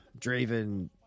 draven